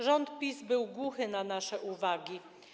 Rząd PiS był głuchy na nasze uwagi.